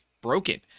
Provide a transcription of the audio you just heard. broken